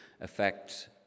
affect